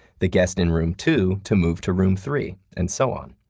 the guest in room two to move to room three, and so on.